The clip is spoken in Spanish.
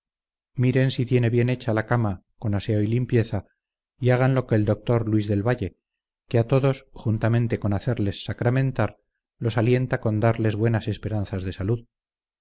miren si tiene bien hecha la cama con aseo y limpieza y hagan lo que el doctor luis del valle que a todos juntamente con hacerles sacramentar los alienta con darles buenas esperanzas de salud